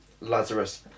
Lazarus